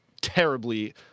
terribly